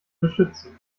beschützen